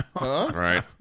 Right